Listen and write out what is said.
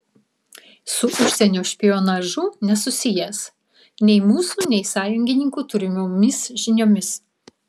su užsienio špionažu nesusijęs nei mūsų nei sąjungininkų turimomis žiniomis